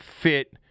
fit